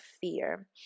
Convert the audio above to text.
fear